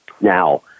Now